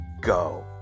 go